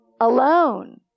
Alone